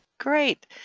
Great